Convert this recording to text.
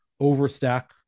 overstack